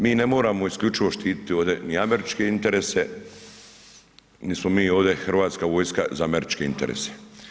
Mi ne moramo isključivo štititi ovdje ni američke interese, niti smo mi ovdje Hrvatska vojska za američke interese.